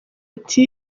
ati